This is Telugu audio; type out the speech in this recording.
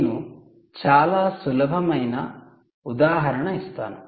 నేను చాలా సులభమైన ఉదాహరణ ఇస్తాను